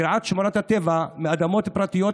גריעת שמורות טבע מאדמות פרטיות